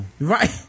right